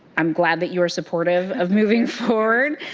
um glad that you are supportive of moving forward,